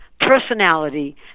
personality